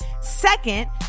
Second